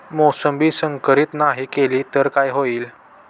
मोसंबी संकरित नाही केली तर काय होईल?